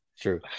true